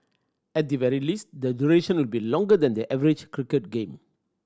at the very least the duration will be longer than the average cricket game